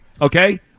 okay